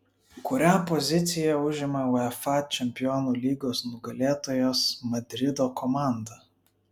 kurią poziciją užima uefa čempionų lygos nugalėtojas madrido komanda